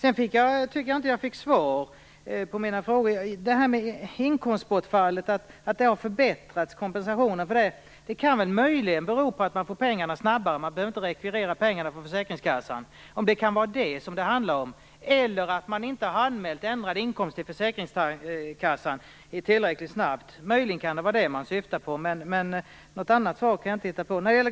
Jag fick inte något svar på mina frågor. Att kompensationen för inkomstbortfallet har förbättrats kan möjligen bero på att man får pengarna snabbare då man inte behöver rekvirera dem från försäkringskassan. Det kan vara detta det beror på eller på att man inte anmält ändrad inkomst till försäkringskassan tillräckligt snabbt. Någon annan förklaring kan jag inte hitta.